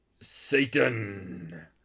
Satan